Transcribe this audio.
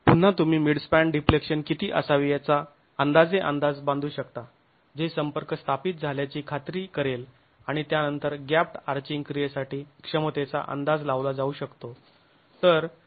पुन्हा तुम्ही midspan deflection किती असावे याचा अंदाजे अंदाज बांधू शकता जे संपर्क स्थापित झाल्याची खात्री करेल आणि त्यानंतर गॅप्ड् आर्चिंग क्रीयेसाठी क्षमतेचा अंदाज लावला जाऊ शकतो